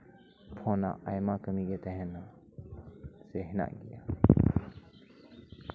ᱯᱷᱳᱱᱟᱜ ᱟᱭᱢᱟ ᱠᱟᱹᱢᱤᱜᱮ ᱛᱟᱦᱮᱱᱟ ᱥᱮ ᱦᱮᱱᱟᱜ ᱜᱮᱭᱟ